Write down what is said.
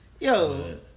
Yo